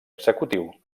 executiu